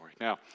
Now